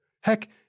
Heck